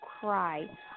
cry